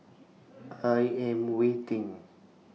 I Am waiting